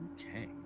Okay